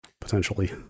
potentially